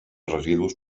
residus